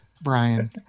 Brian